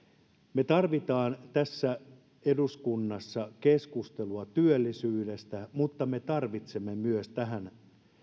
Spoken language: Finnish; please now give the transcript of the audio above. me tarvitsemme tässä eduskunnassa keskustelua työllisyydestä mutta me tarvitsemme myös tähän